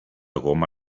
goma